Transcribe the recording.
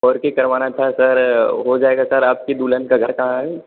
four के करवाना था सर हो जाएगा सर आपकी दुल्हन का घर कहाँ है